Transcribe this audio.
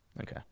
Okay